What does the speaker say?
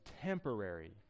temporary